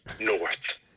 North